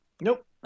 Nope